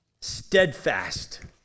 Steadfast